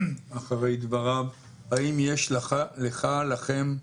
אחרי דבריו, האם יש לך, לכם,